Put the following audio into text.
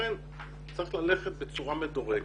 לכן צריך ללכת בצורה מדורגת.